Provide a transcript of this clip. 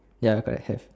ya correct have